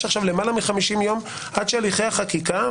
עד שהליכי החקיקה,